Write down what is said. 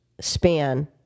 span